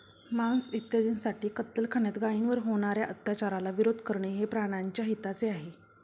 मांस इत्यादींसाठी कत्तलखान्यात गायींवर होणार्या अत्याचाराला विरोध करणे हे प्राण्याच्या हिताचे आहे